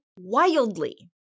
wildly